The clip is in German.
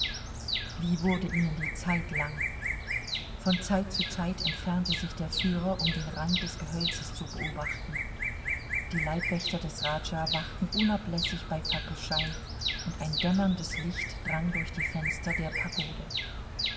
wie wurde ihnen die zeit lang von zeit zu zeit entfernte sich der führer um den rand des gehölzes zu beobachten die leibwächter des rajah wachten unablässig bei fackelschein und ein dämmerndes licht drang durch die fenster der pagode